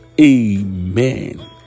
Amen